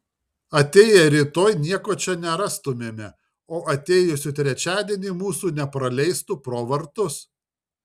atėję rytoj nieko čia nerastumėme o atėjusių trečiadienį mūsų nepraleistų pro vartus